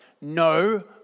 no